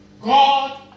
God